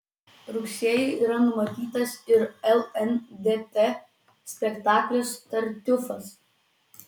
rugsėjį yra numatytas ir lndt spektaklis tartiufas